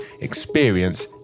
experience